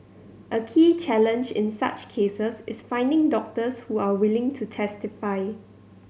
a key challenge in such cases is finding doctors who are willing to testify